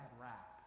rap